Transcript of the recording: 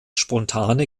spontane